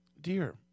dear